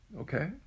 Okay